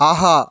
ஆஹா